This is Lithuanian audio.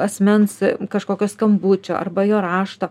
asmens kažkokio skambučio arba jo rašto